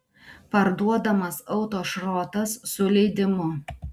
parduodamas autošrotas su leidimu